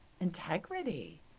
Integrity